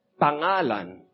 pangalan